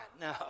No